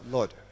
Lord